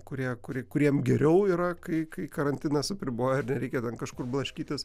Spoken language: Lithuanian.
kurie kuri kuriems geriau yra kai kai karantinas apriboja ir nereikia ten kažkur blaškytis